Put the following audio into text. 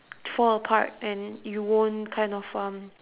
fall apart and you won't kind of um